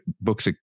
books